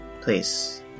please